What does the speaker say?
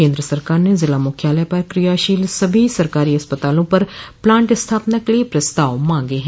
केन्द्र सरकार ने जिला मुख्यालय पर क्रियाशील सभी सरकारी अस्पतालों पर प्लांट स्थापना के लिये प्रस्ताव मांगे हैं